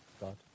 God